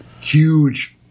Huge